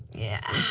yeah.